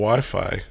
Wi-Fi